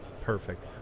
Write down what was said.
Perfect